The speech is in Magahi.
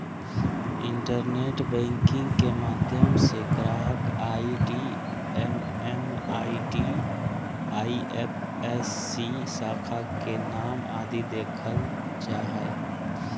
इंटरनेट बैंकिंग के माध्यम से ग्राहक आई.डी एम.एम.आई.डी, आई.एफ.एस.सी, शाखा के नाम आदि देखल जा हय